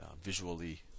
visually